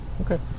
Okay